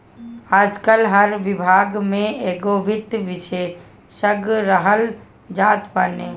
आजकाल हर विभाग में एगो वित्त विशेषज्ञ रखल जात बाने